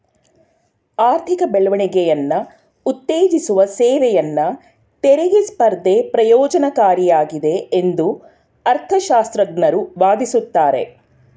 ಆರ್ಥಿಕ ಬೆಳವಣಿಗೆಯನ್ನ ಉತ್ತೇಜಿಸುವ ಸೇವೆಯನ್ನ ತೆರಿಗೆ ಸ್ಪರ್ಧೆ ಪ್ರಯೋಜ್ನಕಾರಿಯಾಗಿದೆ ಎಂದು ಅರ್ಥಶಾಸ್ತ್ರಜ್ಞರು ವಾದಿಸುತ್ತಾರೆ